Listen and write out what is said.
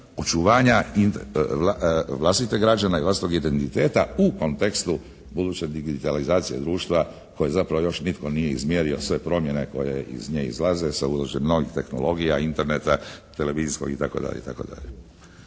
očuvanja vlastite građane i vlastitog identiteta u kontekstu buduće digitalizacije društva koje zapravo još nitko nije izmjerio sve promjene koje iz nje izlaze sa uvođenjem novih tehnologija, Interneta televizijskog itd.